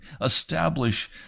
establish